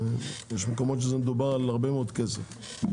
יש מקומות שמדובר על הרבה מאוד כסף.